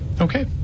Okay